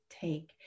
take